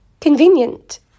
Convenient